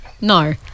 No